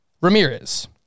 Ramirez